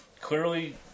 clearly